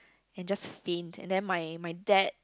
and just faint and then my my dad